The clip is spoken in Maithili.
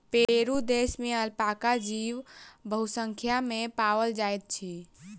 पेरू देश में अलपाका जीव बहुसंख्या में पाओल जाइत अछि